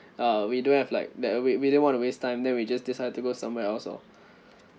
uh we don't have like that we we didn't want to waste time then we just decided to go somewhere else lor